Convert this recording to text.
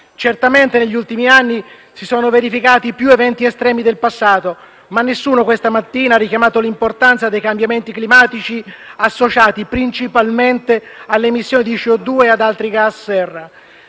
Certamente negli ultimi anni si sono verificati più eventi estremi del passato, ma nessuno questa mattina ha richiamato l'importanza dei cambiamenti climatici associati principalmente all'emissione di CO2 e ad altri gas serra.